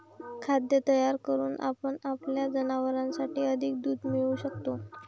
खाद्य तयार करून आपण आपल्या जनावरांसाठी अधिक दूध मिळवू शकतो